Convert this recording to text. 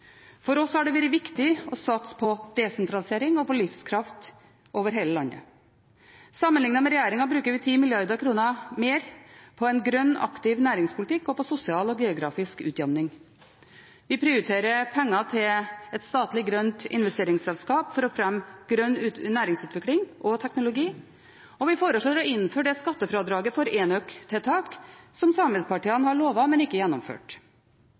For oss har det vært viktig å satse på desentralisering og livskraft over hele landet. Sammenlignet med regjeringen bruker vi 10 mrd. kr mer på en grønn og aktiv næringspolitikk og på sosial og geografisk utjevning. Vi prioriterer penger til et statlig grønt investeringsselskap for å fremme grønn næringsutvikling og teknologi, og vi foreslår å innføre det skattefradraget for enøktiltak som samarbeidspartiene har lovet, men ikke gjennomført.